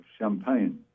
champagne